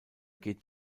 geht